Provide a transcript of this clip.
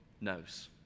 knows